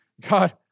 God